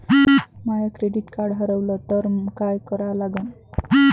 माय credit card हारवलं तर काय करा लागन?